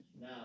Now